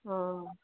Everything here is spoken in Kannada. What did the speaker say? ಹಾಂ